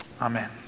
Amen